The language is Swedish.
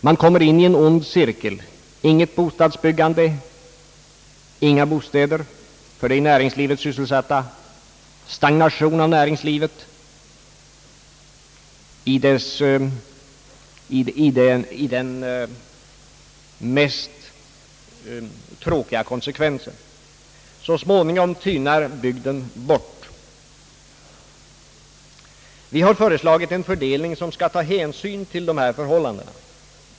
Man kommer in i en ond cirkel: inget bostadsbyggande — inga bostäder för de i näringslivet sysselsatta — stagnation av näringslivet i dennas mest tråkiga konsekvens. Så småningom tynar bygden bort. Vi har föreslagit en fördelning som skall ta hänsyn till dessa förhållanden.